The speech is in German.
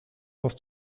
aus